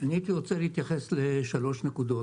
אני הייתי רוצה להתייחס לשלוש נקודות.